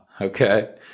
Okay